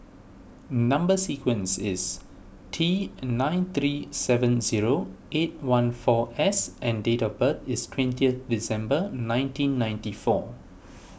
Number Sequence is T nine three seven zero eight one four S and date of birth is twentieth December nineteen ninety four